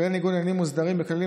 כללי ניגוד העניינים מוסדרים בכללים